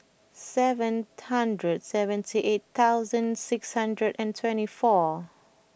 seven hundred seventy eight thousand six hundred and twenty four